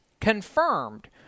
confirmed